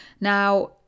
Now